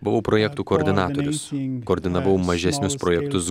buvau projektų koordinatorius koordinavau mažesnius projektus